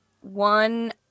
one